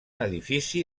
edifici